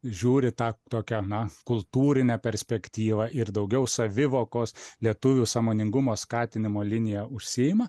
žiūri tą tokią na kultūrinę perspektyvą ir daugiau savivokos lietuvių sąmoningumo skatinimo liniją užsiima